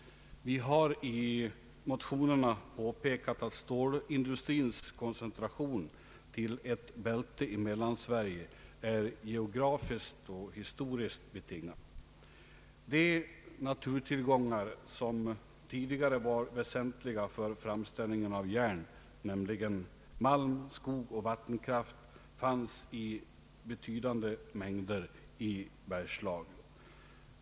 Vi har i motionerna påpekat att stålindustrins koncentration till ett bälte i Mellansverige är geografiskt och historiskt betingad. De naturtillgångar som tidigare var väsentliga för framställningen av järn, nämligen malm, skog och vattenkraft, fanns i betydande mängder i Bergslagen.